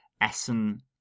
Essen